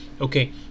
okay